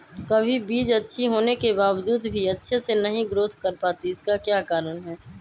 कभी बीज अच्छी होने के बावजूद भी अच्छे से नहीं ग्रोथ कर पाती इसका क्या कारण है?